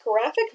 graphic